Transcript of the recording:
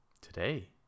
today